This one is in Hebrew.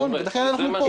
נכון, ולכן אנחנו פה.